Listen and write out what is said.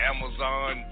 Amazon